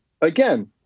again